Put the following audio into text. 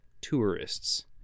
tourists